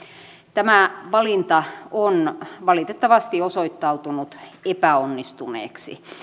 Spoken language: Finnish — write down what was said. tämä valinta on valitettavasti osoittautunut epäonnistuneeksi